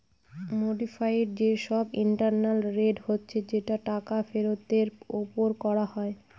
modified যে সব internal rate হচ্ছে যেটা টাকা ফেরতের ওপর করা হয়